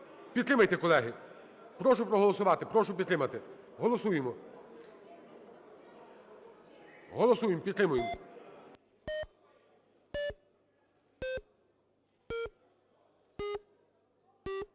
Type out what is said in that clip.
Підтримайте, колеги! Прошу проголосувати, прошу підтримати. Голосуємо! Голосуємо! Підтримуємо.